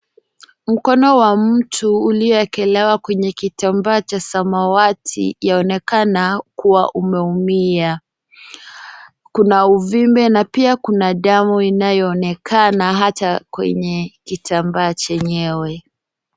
Mkono wa mtu ulioekelewa kwenye kitambaa cha samawati, yaonekana kua umeumia. Kuna uvimbe na pia kuna damu inayoonekana hata kwenye kitambaa chenyewe.